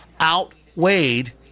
outweighed